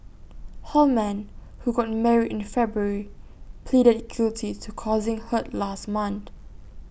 Holman who got married in February pleaded guilty to causing hurt last month